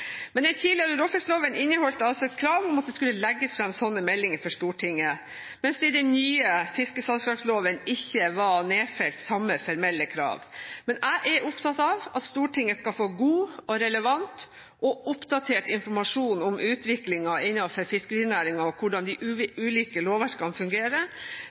Den tidligere råfiskloven inneholdt altså et krav om at det skulle legges fram slike meldinger for Stortinget, mens det i den nye fiskesalgslagsloven ikke var nedfelt samme formelle krav. Men jeg er opptatt av at Stortinget skal få god, relevant og oppdatert informasjon om utviklingen innenfor fiskerinæringen og hvordan de